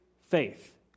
faith